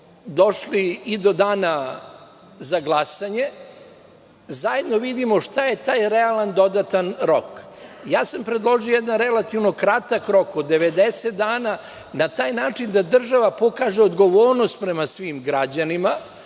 došli i do dana za glasanje, zajedno vidimo šta je taj realan dodatan rok. Predložio sam jedan relativno kratak rok od 90 dana, na taj način da država pokaže odgovornost prema svim građanima,